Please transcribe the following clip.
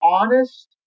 honest